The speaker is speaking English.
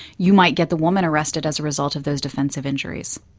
you might get the woman arrested as a result of those defensive injuries.